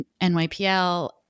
NYPL